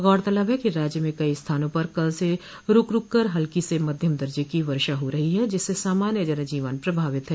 गौरतलब है कि राज्य में कई स्थानों पर कल से रूक रूक कर हल्की से मध्यम दर्जे की वर्षा हो रही है जिससे सामान्य जन जीवन प्रभावित है